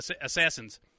assassins